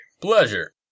pleasure